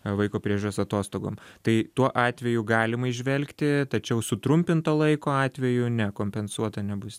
vaiko priežiūros atostogom tai tuo atveju galima įžvelgti tačiau sutrumpinto laiko atveju ne kompensuota nebus